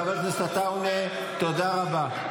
חבר הכנסת עטאונה, תודה רבה.